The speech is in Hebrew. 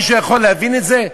מישהו יכול להבין את זה?